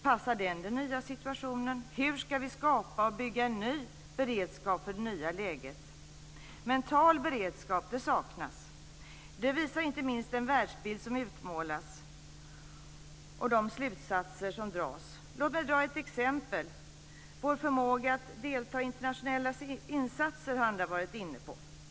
Passar den den nya situationen? Hur ska vi skapa och bygga en ny beredskap för det nya läget? Mental beredskap saknas. Det visar inte minst den världsbild som utmålas och de slutsatser som dras. Låt mig ta ett exempel. Vår förmåga att delta i internationella insatser har andra varit inne på.